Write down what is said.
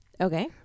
Okay